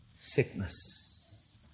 Sickness